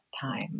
time